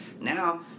Now